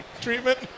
treatment